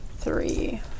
Three